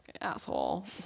Asshole